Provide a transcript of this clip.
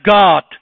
God